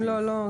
אם לא לא.